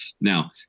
Now